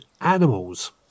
animals